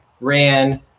ran